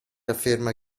afferma